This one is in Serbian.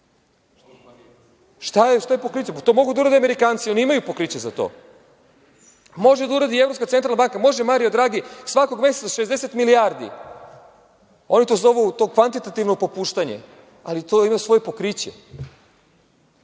Šta je pokriće za to? To mogu da urade Amerikanci. Oni imaju pokriće za to. Može da uradi i Evropska centralna banka, može Mario Dragi svakog meseca 60 milijardi. Oni to zovu kvantitativno popuštanje. Ali, to ima svoje pokriće